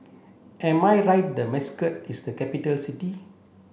am I right that Muscat is a capital city